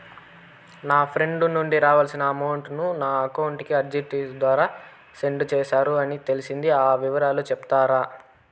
నా ఫ్రెండ్ నుండి రావాల్సిన అమౌంట్ ను నా అకౌంట్ కు ఆర్టిజియస్ ద్వారా సెండ్ చేశారు అని తెలిసింది, ఆ వివరాలు సెప్తారా?